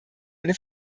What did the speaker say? eine